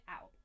out